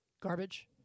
garbage